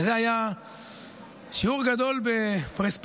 וזה היה שיעור גדול בפרספקטיבה,